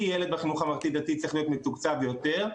ילד בחינוך הממלכתי דתי צריך להיות מתוקצב יותר,